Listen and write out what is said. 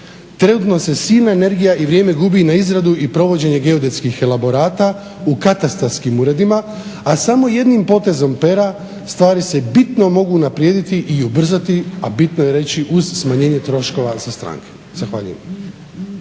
Trenutno se silna energija i vrijeme gubi na izradu i provođenje geodetskih elaborata u katastarskim uredima, a samo jednim potezom pera stvari se bitno mogu unaprijediti i ubrzati, a bitno je reći uz smanjenje troškova za stranke.